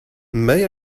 may